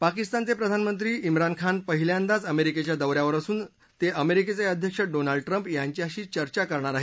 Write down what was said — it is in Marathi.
पाकिस्तानचे प्रधानमंत्री इम्रान खान पहिल्यांदाच अमेरिकेच्या दौऱ्यावर असून ते अमेरिकेचे अध्यक्ष डोनाल्ड ट्रूंप यांच्याशी चर्चा करणार आहेत